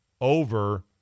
over